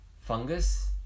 Fungus